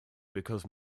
because